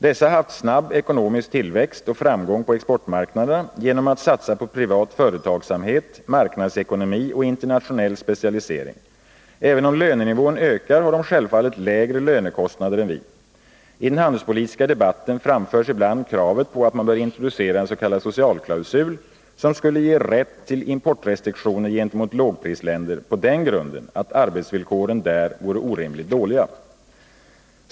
Dessa har haft snabb ekonomisk tillväxt och framgång på exportmarknaderna genom att satsa på privat företagsamhet, marknadsekonomi och internationell specialisering. Även om lönenivån ökar har de självfallet lägre lönekostnader än vi. I den handelspolitiska debatten framförs ibland kravet på att man introducerar en s .k. socialklausul, som skulle ge rätt till importrestriktioner gentemot lågprisländer på den grunden att arbetsvillkoren där vore orimligt dåliga.